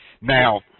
Now